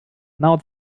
now